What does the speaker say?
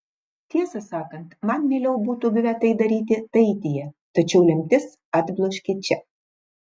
tiesą sakant man mieliau būtų buvę tai daryti taityje tačiau lemtis atbloškė čia